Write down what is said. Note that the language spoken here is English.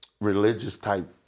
religious-type